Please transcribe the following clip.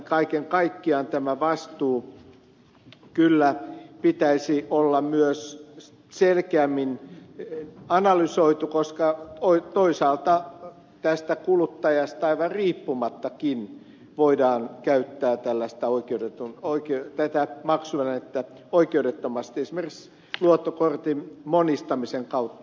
kaiken kaikkiaan tämän vastuun kyllä pitäisi olla myös selkeämmin analysoitu koska toisaalta tästä kuluttajasta aivan riippumattakin voidaan käyttää tällaista voi kertoa oikein vetää tätä maksuvälinettä oikeudettomasti esimerkiksi luottokortin monistamisen kautta